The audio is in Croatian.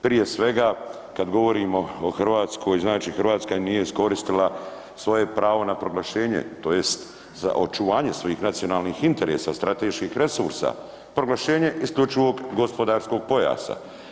Prije svega kad govorimo o Hrvatskoj znači Hrvatska nije iskoristila svoje pravo na proglašenje tj. očuvanje svojih nacionalnih interesa strateških resursa proglašenje isključivog gospodarskog pojasa.